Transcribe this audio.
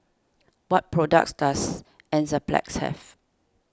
what products does Enzyplex have